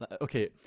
Okay